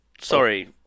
Sorry